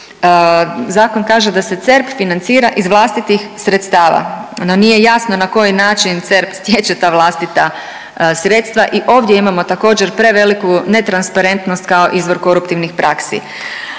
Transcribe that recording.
Zakon kaže da se CERP financira i vlastitih sredstava. No, nije jasno na koji način CERP stječe ta vlastita sredstva i ovdje imamo također preveliku netransparentnost kao izvor koruptivnih praksi.